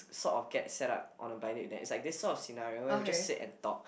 sort of get set up on a blind date then it's like this sort of scenario you just sit and talk